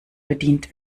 bedient